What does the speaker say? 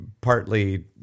Partly